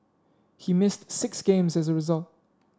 he missed six games as a result